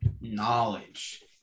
Knowledge